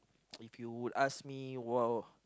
if you would ask me while